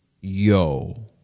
yo